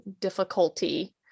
difficulty